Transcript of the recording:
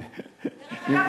דרך אגב,